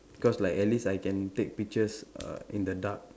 because like at least like I can take pictures uh in the dark